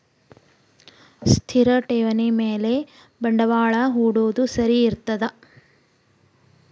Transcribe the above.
ಸ್ಥಿರ ಠೇವಣಿ ಮ್ಯಾಲೆ ಬಂಡವಾಳಾ ಹೂಡೋದು ಸರಿ ಇರ್ತದಾ?